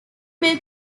moved